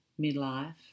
midlife